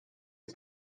was